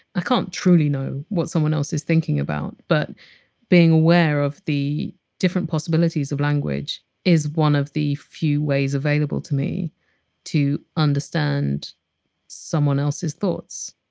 i can't truly know what someone else is thinking about, but being aware of the different possibilities of language is one of the few ways available to me to understand someone else's thoughts